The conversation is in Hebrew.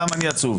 למה אני עצוב?